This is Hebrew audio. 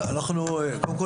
אליעזר, משפט סיום.